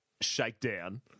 shakedown